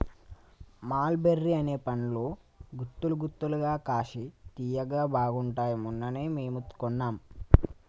మల్ బెర్రీ అనే పండ్లు గుత్తులు గుత్తులుగా కాశి తియ్యగా బాగుంటాయ్ మొన్ననే మేము కొన్నాం